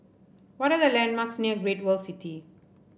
what are the landmarks near Great World City